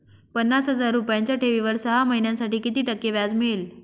पन्नास हजार रुपयांच्या ठेवीवर सहा महिन्यांसाठी किती टक्के व्याज मिळेल?